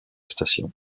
station